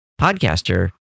podcaster